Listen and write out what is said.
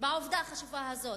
בעובדה החשובה הזאת,